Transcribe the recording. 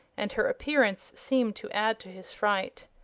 and her appearance seemed to add to his fright.